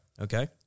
Okay